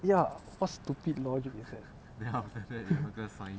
ya what stupid logic is that